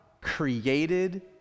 created